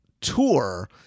tour